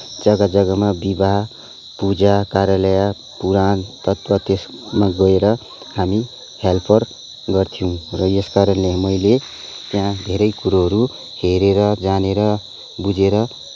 जग्गा जग्गामा विवाह पूजा कार्यलय पुराण तत्त्व त्यसमा गएर हामी हेल्पर गर्थ्यौँ र यसकारणले मैले त्यहाँ धेरै कुरोहरू हेरेर जानेर बुझेर